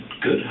good